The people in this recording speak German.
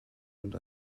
und